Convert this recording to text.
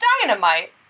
dynamite